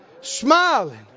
smiling